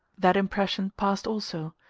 that impression passed also,